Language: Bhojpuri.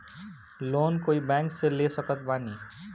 लोन कोई बैंक से ले सकत बानी?